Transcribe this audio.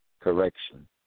correction